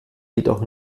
jedoch